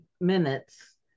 minutes